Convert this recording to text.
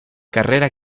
carrera